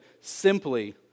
simply